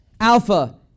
Alpha